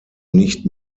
nicht